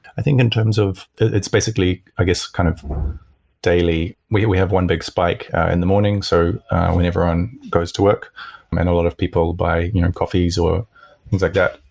i think in terms of it's basically, i guess, kind of daily we we have one big spike in the morning, so when everyone goes to work and a lot of people buy coffees or things like that,